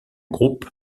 groupe